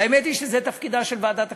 והאמת היא שזה תפקידה של ועדת הכספים.